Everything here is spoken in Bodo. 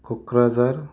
क'क्राझार